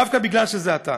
דווקא משום שזה עתה.